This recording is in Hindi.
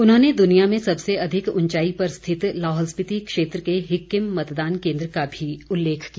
उन्होंने द्निया में सबसे अधिक ऊंचाई पर स्थित लाहौल स्पीति क्षेत्र के हिक्किम मतदान केन्द्र का भी उल्लेख किया